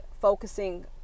focusing